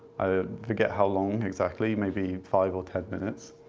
i forget how long exactly, maybe five or ten minutes?